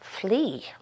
Flee